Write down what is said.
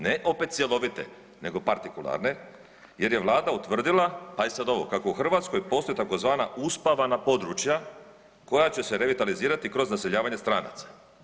Ne opet cjelovite, nego partikularne jer je Vlada utvrdila, pazi sad ovo, kako u Hrvatskoj postoji tzv. Uspavana područja koja će se revitalizirati kroz naseljavanje stranaca.